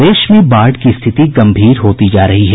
प्रदेश में बाढ़ की स्थिति गम्भीर होती जा रही है